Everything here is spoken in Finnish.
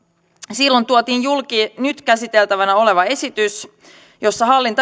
silloin tuotiin julki nyt käsiteltävänä oleva esitys jossa hallintarekisteröinti